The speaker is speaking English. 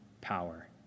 power